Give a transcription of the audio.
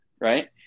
right